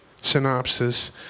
synopsis